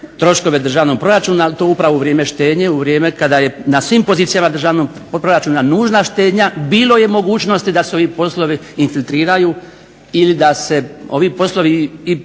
troškove državnog proračuna i to upravo u vrijeme štednje, u vrijeme kada je na svim pozicijama državnog proračuna nužna štednja. Bilo je mogućnosti da se ovi poslovi infiltriraju ili da se ovi poslovi i